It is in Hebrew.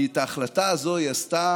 כי את ההחלטה הזאת היא עשתה